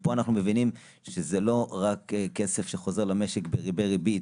ופה אנחנו מבינים שזה לא רק כסף שחוזר למשק בריבי-ריבית,